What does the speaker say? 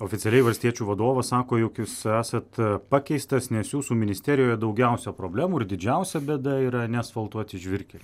oficialiai valstiečių vadovas sako jog jūs esat pakeistas nes jūsų ministerijoje daugiausia problemų ir didžiausia bėda yra neasfaltuoti žvyrkeliai